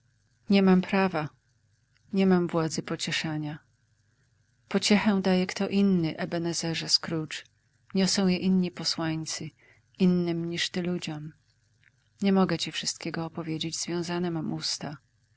nie mam prawa nie mam władzy pocieszania pociechę daje kto inny ebenezerze scrooge niosą je inni posłańcy innym niż ty ludziom nie mogę ci wszystkiego opowiedzieć związane mam usta